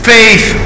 Faith